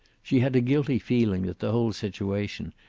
she had a guilty feeling that the whole situation,